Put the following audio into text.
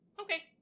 Okay